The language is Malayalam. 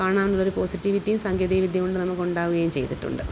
കാണാം എന്നുള്ളൊരു പോസിറ്റിവിറ്റിയും സാങ്കേതികവിദ്യകൊണ്ട് നമുക്ക് ഉണ്ടാവുകയും ചെയ്തിട്ടുണ്ട്